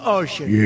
ocean